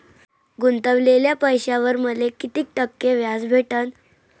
गुतवलेल्या पैशावर मले कितीक टक्के व्याज भेटन?